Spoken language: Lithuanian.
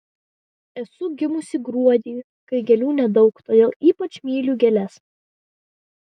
esu gimusi gruodį kai gėlių nedaug todėl ypač myliu gėles